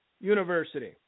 University